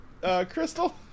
Crystal